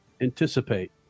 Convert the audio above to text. anticipate